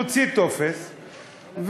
נוציא טופס,